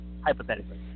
Hypothetically